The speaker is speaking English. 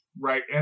Right